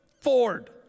Ford